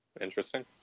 interesting